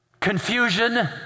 confusion